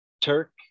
Turk